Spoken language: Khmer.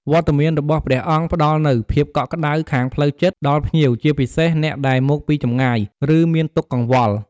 បង្ហាញពីគោលការណ៍សាសនា និងវិន័យ ព្រះអង្គអាចណែនាំភ្ញៀវអំពី របៀបប្រតិបត្តិត្រឹមត្រូវ នៅក្នុងទីអារាម ឬក្នុងពិធីបុណ្យ។